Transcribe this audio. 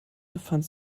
befand